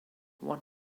one